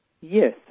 Yes